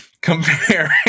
comparing